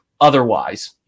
otherwise